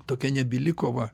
tokia nebyli kova